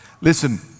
Listen